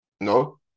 No